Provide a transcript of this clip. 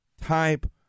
type